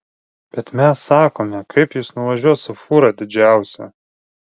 bet mes sakome kaip jis nuvažiuos su fūra didžiausia